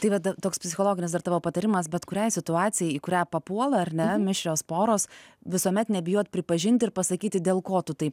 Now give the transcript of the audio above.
tai vat da toks psichologinis dar tavo patarimas bet kuriai situacijai į kurią papuola ar ne mišrios poros visuomet nebijot pripažint ir pasakyti dėl ko tu taip